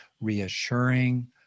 reassuring